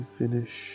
finish